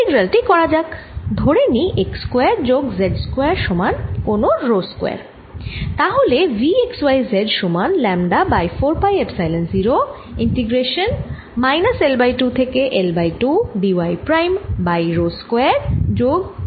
তাহলে V x y z সমান lambda by 4 pi epsilon 0 integration minus L by 2 থেকে L by 2 d y prime by rho square যোগ y minus y prime square এর square root